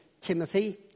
Timothy